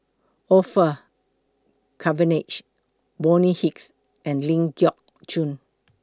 Orfeur Cavenagh Bonny Hicks and Ling Geok Choon